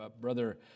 Brother